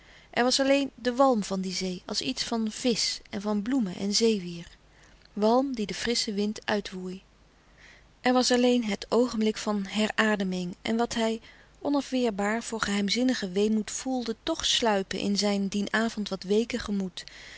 er was alleen de walm van die zee als iets van visch en van bloemen en zeewier walm die de frissche wind uitwoei er was alleen het oogenblik van herademing en wat hij onafweerbaar voor geheimzinnigen weemoed voelde toch sluipen in zijn dien avond wat weeke gemoed